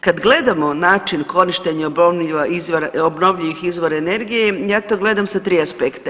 Kad gledamo način korištenja obnovljivih izvora energije ja to gledam sa tri aspekta.